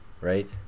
right